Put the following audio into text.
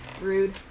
Rude